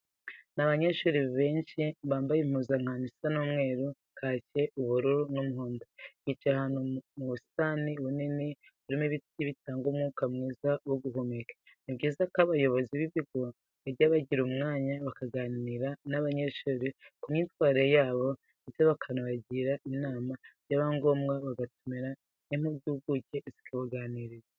Ni abanyeshuri benshi bambaye impuzankano isa umweru, kake, ubururu n'umuhondo. Bicaye ahantu mu busitani bunini burimo n'ibiti bitanga umwuka mwiza wo guhumeka. Ni byiza ko abayobozi b'ibigo bajya bagira umwanya bakaganira n'abanyeshuri ku myitwarire yabo ndetse bakabagira n'inama byaba ngombwa bagatumira n'impuguke zikabaganiriza.